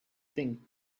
thing